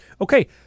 Okay